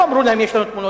לא אמרו להם: יש לנו תמונות.